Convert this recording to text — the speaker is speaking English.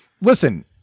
Listen